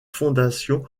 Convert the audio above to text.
fondation